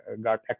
got